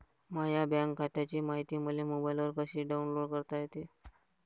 माह्या बँक खात्याची मायती मले मोबाईलवर कसी डाऊनलोड करता येते?